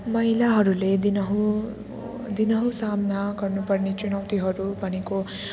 महिलाहरूले दिनहुँ दिनहुँ सामना गर्नुपर्ने चुनौतीहरू भनेको